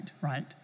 right